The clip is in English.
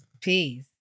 Peace